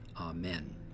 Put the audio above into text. Amen